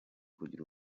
kugira